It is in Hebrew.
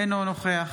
אינו נוכח